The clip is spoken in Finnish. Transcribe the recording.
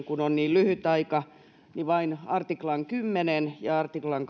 kun on niin lyhyt aika niin otan tässä kohtaa käsittelyyn vain artiklan kymmenen ja artiklan